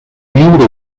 viure